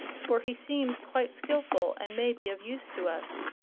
for he seems quite skillful and may be of use to us.